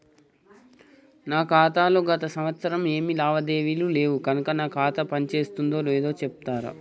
నా ఖాతా లో గత సంవత్సరం ఏమి లావాదేవీలు లేవు కనుక నా ఖాతా పని చేస్తుందో లేదో చెప్తరా?